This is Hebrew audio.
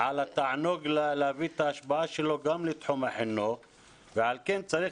-- על התענוג להביא את ההשפעה שלו גם לתחום החינוך ועל כן צריך